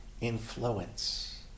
Influence